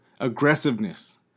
aggressiveness